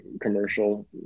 commercial